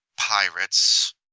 Pirates